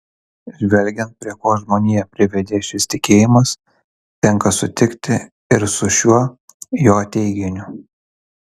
žvelgiant prie ko žmoniją privedė šis tikėjimas tenka sutikti ir su šiuo jo teiginiu